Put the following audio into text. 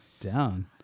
down